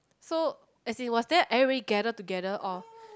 so as in was there everybody gather together or